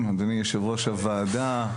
טובים, אדוני יושב-ראש הוועדה.